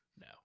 No